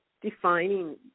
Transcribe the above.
defining